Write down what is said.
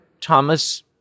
Thomas